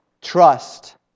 trust